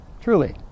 truly